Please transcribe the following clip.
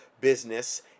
business